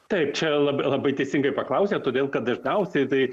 taip čia lab labai teisingai paklausėt todėl kad dažniausiai tai